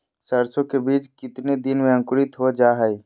सरसो के बीज कितने दिन में अंकुरीत हो जा हाय?